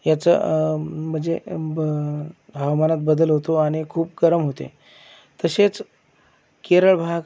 याचं म्हणजे ब हवामानात बदल होतो आणि खूप गरम होते तसेच केरळ भाग